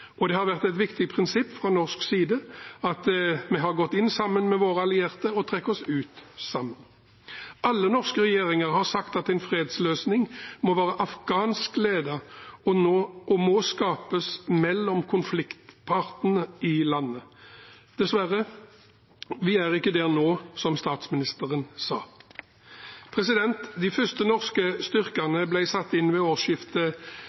Det har vært et viktig prinsipp fra norsk side at vi har gått inn sammen med våre allierte og trekker oss ut sammen. Alle norske regjeringer har sagt at en fredsløsning må være afghansk ledet og må skapes mellom konfliktpartene i landet. Dessverre: Vi er ikke der nå, som statsministeren sa. De første norske styrkene ble satt inn ved årsskiftet